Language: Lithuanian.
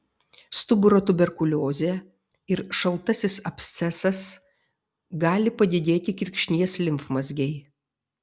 stuburo tuberkuliozė ir šaltasis abscesas gali padidėti kirkšnies limfmazgiai